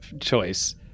choice